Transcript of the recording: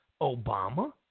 Obama